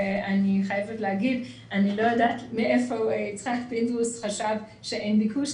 אני חייבת להגיד שאני לא יודעת מאיפה יצחק פינדרוס חשב שאין ביקוש,